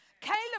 Caleb